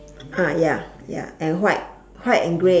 ah ya ya and white white and grey